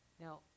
Now